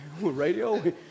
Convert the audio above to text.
Radio